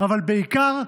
אבל בעיקר,